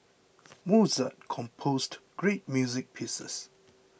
Mozart composed great music pieces